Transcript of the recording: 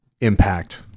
impact